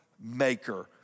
maker